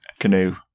Canoe